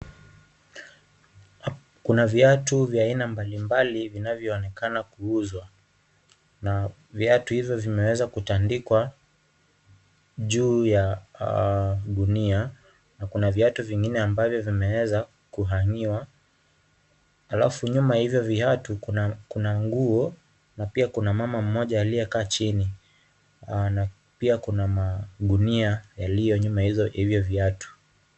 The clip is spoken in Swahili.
Kuna viatu vya aina mbalimbali vinavyo onekana kuuzwa, viatu hivyo vimeweza kutandikwa juu ya gunia na kuna viatu vingine ambavyo vimeweza kuhang'iwa alafu nyuma ya hizo viatu kuna nguo na pia kuna mama mmoja aliyekaa chini na pia kuna magunia yaliyo nyuma ya hivyo viatu.